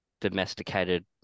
domesticated